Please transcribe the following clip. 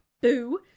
Boo